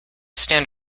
stand